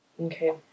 Okay